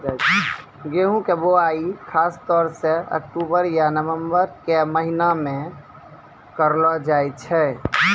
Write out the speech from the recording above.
गेहूँ के बुआई खासतौर सॅ अक्टूबर या नवंबर के महीना मॅ करलो जाय छै